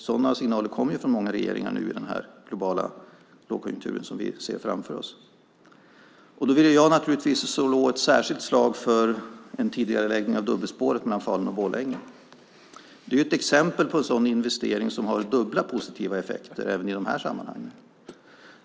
Sådana signaler kommer från många regeringar nu i den globala lågkonjunktur vi ser framför oss, och då vill jag naturligtvis slå ett särskilt slag för en tidigareläggning av dubbelspåret mellan Falun och Borlänge. Det är ett exempel på en investering som har dubbla positiva effekter även i de här sammanhangen.